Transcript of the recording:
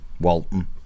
Walton